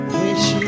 wish